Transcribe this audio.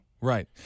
Right